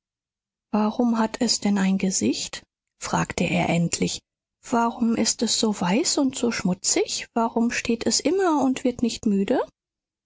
warum hat es denn ein gesicht fragte er endlich warum ist es so weiß und so schmutzig warum steht es immer und wird nicht müde